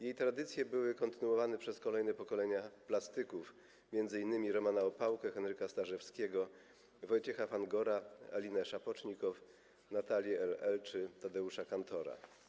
Jej tradycje były kontynuowane przez kolejne pokolenia plastyków, między innymi Romana Opałkę, Henryka Stażewskiego, Wojciecha Fangora, Alinę Szapocznikow, Natalię LL, Tadeusza Kantora.